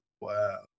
Wow